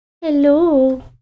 Hello